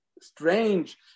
strange